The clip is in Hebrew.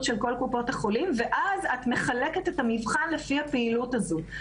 של כל קופות החולים ואז את מחלקת את המבחן לפי הפעילות הזו.